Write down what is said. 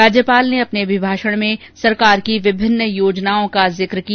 राज्यपाल ने अपने अभिभाषण में सरकार की विभिन्न योजनाओं का जिक्र किया